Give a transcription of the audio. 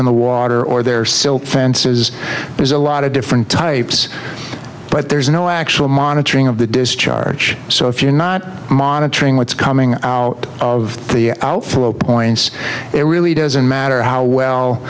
in the water or their silt fences there's a lot of different types but there's no actual monitoring of the discharge so if you're not monitoring what's coming out of the outflow points it really doesn't matter how well